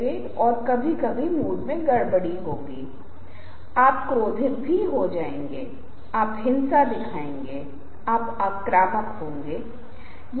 बहुत बार कक्षाओं में मुझे याद है कि कक्षाएँ १० या १५ मिनट पहले समाप्त हो जाती हैं क्योंकि मुझे दर्शक बहुत चंचल लगते हैं